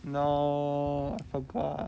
no forgot